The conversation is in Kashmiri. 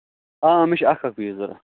آ مےٚ چھِ اَکھ اَکھ پیٖس ضروٗرت